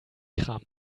kram